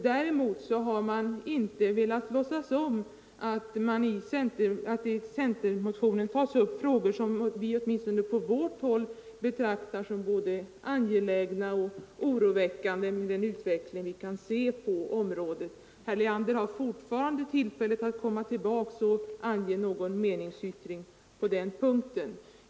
De har inte velat låtsas om att det i centerpartimotionen tas upp frågor som åtminstone vi på vårt håll betraktar som både angelägna och oroväckande med den utveckling vi kan se. Herr Leander har fort farande tillfälle att komma tillbaka och avge någon meningsyttring på den punkten.